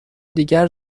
دیگر